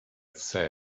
said